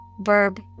verb